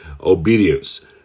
Obedience